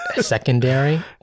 secondary